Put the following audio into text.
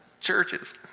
churches